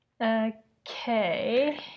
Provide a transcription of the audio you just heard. Okay